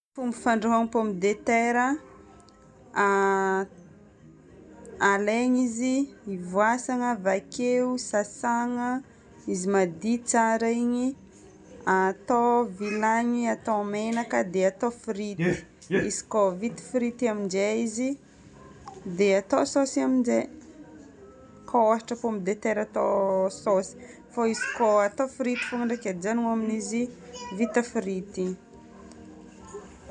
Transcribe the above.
Ny fandrahoagna pomme de terre: alaigna izy, voasana, bakeo sasagna. Izy madio tsara igny, atao vilagny, atao menaka, d atao frity. Izy ko vita frity aminjay izy, dia atao saosy aminjay, ka ôhatra pomme de terre atao saosy, fô izy ko atao frity fôgna ndraiky ajanona amin'izy vita frity igny.